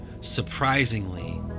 surprisingly